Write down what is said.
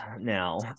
now